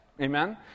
Amen